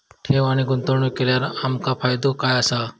ठेव आणि गुंतवणूक केल्यार आमका फायदो काय आसा?